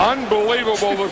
Unbelievable